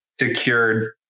secured